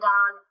on